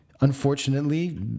unfortunately